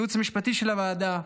לייעוץ המשפטי של הוועדה,